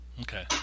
Okay